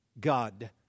God